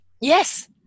Yes